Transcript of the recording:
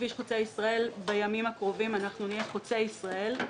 כביש חוצה ישראל: בימים הקרובים אנחנו נהיה "חוצה ישראל",